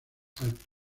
alto